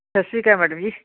ਸਤਿ ਸ਼੍ਰੀ ਅਕਾਲ ਮੈਡਮ ਜੀ